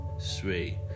three